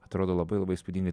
atrodo labai labai įspūdinga